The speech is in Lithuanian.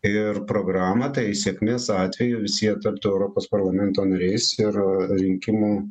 ir programą tai sėkmės atveju visi jie taptų europos parlamento nariais ir rinkimų